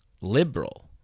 liberal